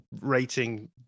rating